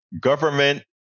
Government